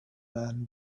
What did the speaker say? man